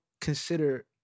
consider